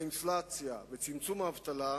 האינפלציה וצמצום האבטלה,